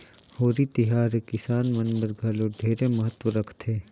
होरी तिहार हर किसान मन बर घलो ढेरे महत्ता रखथे